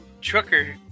trucker